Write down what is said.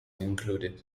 included